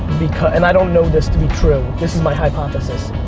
and i don't know this to be true, this is my hypothesis,